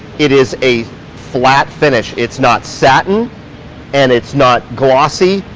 it is a flat finish. it's not satin and it's not glossy.